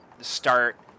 start